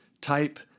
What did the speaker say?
type